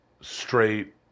straight